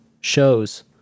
shows